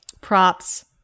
props